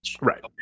Right